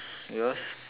yours